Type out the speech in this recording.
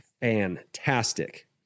fantastic